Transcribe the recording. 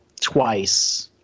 twice